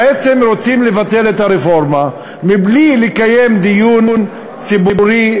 בעצם רוצים לבטל את הרפורמה בלי לקיים דיון ציבורי,